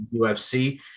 UFC